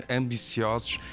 ambiciosos